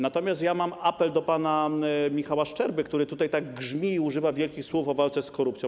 Natomiast mam apel do pana Michała Szczerby, który tutaj tak grzmi i używa wielkich słów o walce z korupcją.